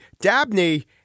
Dabney